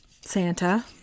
Santa